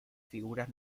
figuras